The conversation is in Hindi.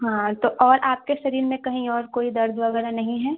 हाँ तो और आपके शरीर में कहीं और कोई दर्द वगैरह नहीं है